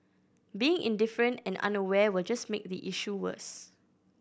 being indifferent and unaware will just make the issue worse